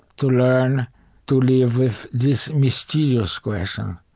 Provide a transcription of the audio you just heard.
to learn to live with this mysterious question,